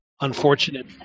unfortunate